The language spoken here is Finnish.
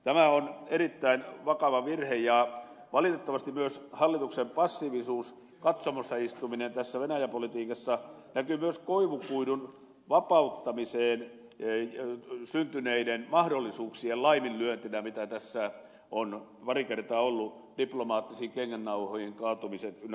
tämä on erittäin vakava virhe ja valitettavasti hallituksen passiivisuus katsomossa istuminen tässä venäjä politiikassa näkyy myös koivukuidun vapauttamiseen syntyneiden mahdollisuuksien laiminlyöntinä mitä tässä on pari kertaa ollut diplomaattisiin kengännauhoihin kaatumiset ynnä muuta